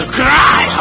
cry